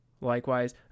Likewise